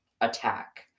attack